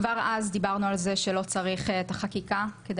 כבר אז דיברנו על זה שלא צריך את החקיקה כדי